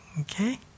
Okay